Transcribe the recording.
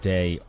Day